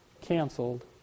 canceled